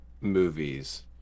movies